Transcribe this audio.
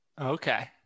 Okay